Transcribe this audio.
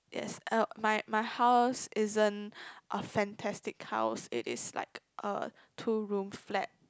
yes uh my my house isn't a fantastic house it is like a two room flat